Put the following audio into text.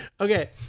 Okay